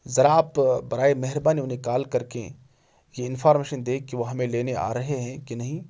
ذرا آپ برائے مہربانی انہیں کال کر کے یہ انفارمیشن دیں کہ وہ ہمیں لینے آ رہے ہیں کہ نہیں